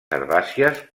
herbàcies